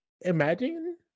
imagine